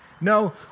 No